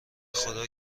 خدا